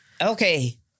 okay